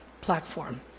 platform